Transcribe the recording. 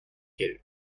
elles